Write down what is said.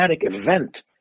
event